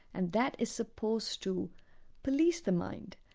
and that is supposed to police the mind,